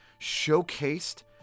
showcased